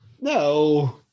No